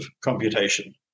computation